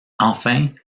enfin